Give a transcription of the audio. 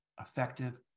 effective